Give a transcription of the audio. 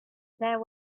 there